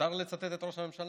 מותר לצטט את ראש הממשלה?